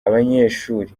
abanyeshuri